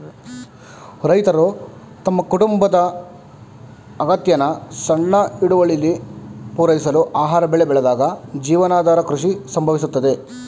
ರೈತರು ತಮ್ಮ ಕುಟುಂಬದ ಅಗತ್ಯನ ಸಣ್ಣ ಹಿಡುವಳಿಲಿ ಪೂರೈಸಲು ಆಹಾರ ಬೆಳೆ ಬೆಳೆದಾಗ ಜೀವನಾಧಾರ ಕೃಷಿ ಸಂಭವಿಸುತ್ತದೆ